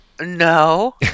No